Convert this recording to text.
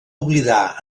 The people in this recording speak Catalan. oblidar